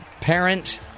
parent